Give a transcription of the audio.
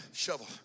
Shovel